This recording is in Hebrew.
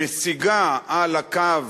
שמשיגה על הקו